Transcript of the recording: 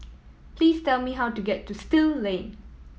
please tell me how to get to Still Lane